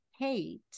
hate